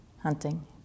Hunting